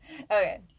Okay